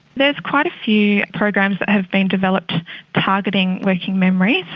there's quite a few programs that have been developed targeting working memory,